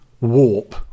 warp